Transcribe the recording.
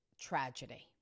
tragedy